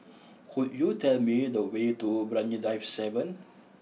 could you tell me the way to Brani Drive seven